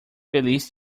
feliz